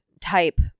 type